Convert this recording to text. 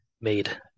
made